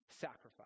sacrifice